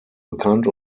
bekannt